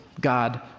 God